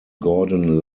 gordon